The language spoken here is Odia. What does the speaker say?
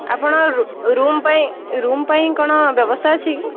ଆପଣ ରୁ ରୁମ୍ ପାଇଁ ରୁମ୍ ପାଇଁ କ'ଣ ବ୍ୟବସ୍ଥା ଅଛି କି